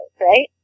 right